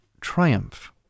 triumph